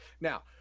Now